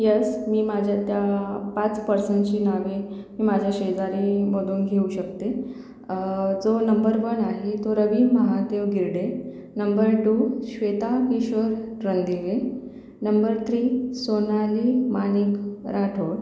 yes मी माझ्या त्या पाच पर्सनची नावे मी माझ्या शेजारीमधून घेऊ शकते जो नंबर वन आहे तो Ravi Mahadev Girde number two Shweta Kishor Randive number three Sonali Manik Rathod